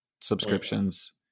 subscriptions